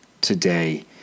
today